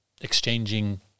exchanging